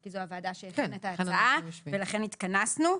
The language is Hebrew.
כי זו הוועדה שהכינה את ההצעה ולכן התכנסנו.